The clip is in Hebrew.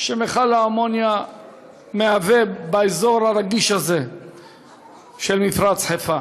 שמכל האמוניה מהווה באזור הרגיש הזה של מפרץ חיפה.